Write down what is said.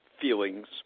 feelings